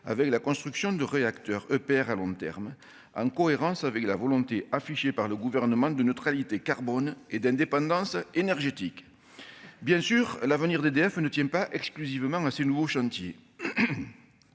avec la construction de réacteurs EPR à long terme, en cohérence avec la volonté affichée par le gouvernement de neutralité carbone et d'indépendance énergétique, bien sûr, l'avenir d'EDF ne tient pas exclusivement à ces nouveaux chantiers